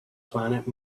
planet